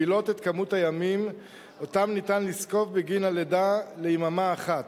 מגבילות את כמות הימים שאותם ניתן לזקוף בגין הלידה ליממה אחת.